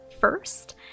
first